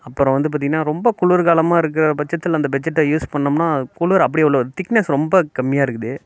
அப்புறம் வந்து பார்த்தீங்கன்னா ரொம்ப குளிர்காலமாக இருக்கிற பட்சத்தில் அந்த பெட் ஷீட்டை யூஸ் பண்ணமுன்னால் குளிர் அப்படியே உள்ள வருது திக்னஸ் ரொம்ப கம்மியாக இருக்குது